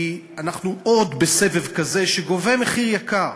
כי אנחנו עוד בסבב כזה שגובה מחיר יקר,